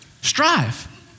strive